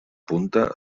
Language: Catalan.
punta